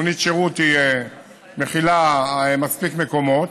מונית שירות מכילה מספיק מקומות,